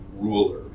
ruler